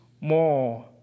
more